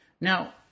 Now